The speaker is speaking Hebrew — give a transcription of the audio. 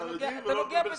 כחרדי ולא לקבל זכויות.